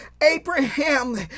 Abraham